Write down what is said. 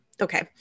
Okay